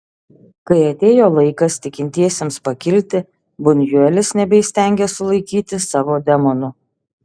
kai atėjo laikas tikintiesiems pakilti bunjuelis nebeįstengė sulaikyti savo demonų